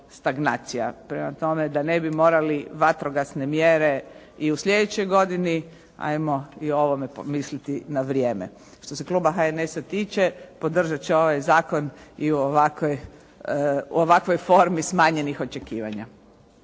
stagnacija. Prema tome, da ne bi morali vatrogasne mjere i u sljedećoj godini, 'ajmo i o ovome promisliti na vrijeme. Što se kluba HNS-a tiče, podržat će ovaj zakon i u ovakvoj formi smanjenih očekivanja.